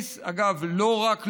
אגב, לא רק לאומי,